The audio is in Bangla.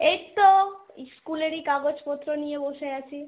এইত্তো স্কুলেরই কাগজপত্র নিয়ে বসে আছি